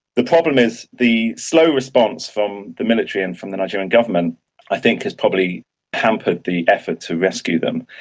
the problem is the slow response from the military and from the nigerian government i think has probably hampered the effort to rescue them.